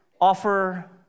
offer